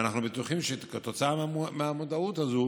ואנחנו בטוחים שכתוצאה מהמודעות הזו